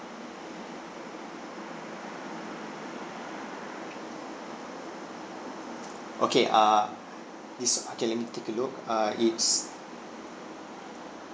okay uh this okay let me take a look err it's